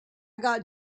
got